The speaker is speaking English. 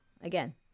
again